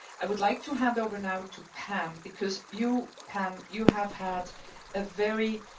i would like to hand over now to pam, because you, pam, you have had a very